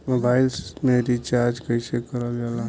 Mobile में recharge कइसे करल जाला?